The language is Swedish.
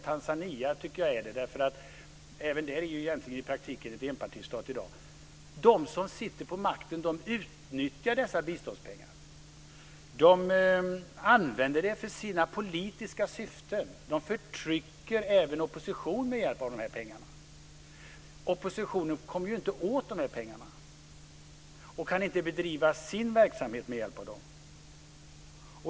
Tanzania är det också, därför att även det är i praktiken en enpartistat i dag. De som sitter på makten utnyttjar dessa biståndspengar. De använder dem för sina politiska syften. De förtrycker även oppositionen med hjälp av dessa pengar. Oppositionen kommer inte åt dessa pengar och kan inte bedriva sin verksamhet med hjälp av dem.